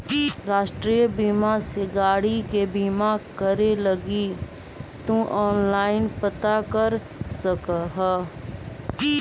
राष्ट्रीय बीमा से गाड़ी के बीमा करे लगी तु ऑनलाइन पता कर सकऽ ह